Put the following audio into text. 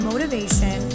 motivation